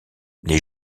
les